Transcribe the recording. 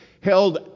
held